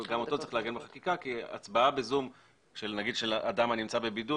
גם אותו צריך לעגן בחקיקה כי הצבעה ב-זום של אדם הנמצא בבידוד,